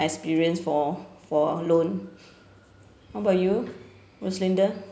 experience for for loan how about you roslinda